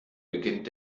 beginnt